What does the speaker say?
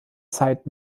zeit